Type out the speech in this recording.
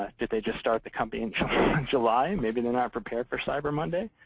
ah did they just start the company in july? maybe they're not prepared for cyber monday.